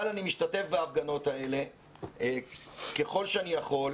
אבל אני משתתף בהפגנות האלה ככל שאני יכול.